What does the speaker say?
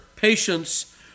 Patience